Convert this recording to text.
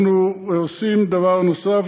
אנחנו עושים דבר נוסף,